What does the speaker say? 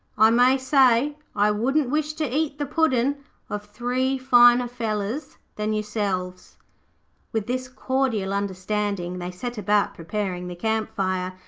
i may say i wouldn't wish to eat the puddin' of three finer fellers than yourselves with this cordial understanding they set about preparing the camp fire,